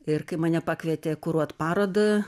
ir kai mane pakvietė kuruot parodą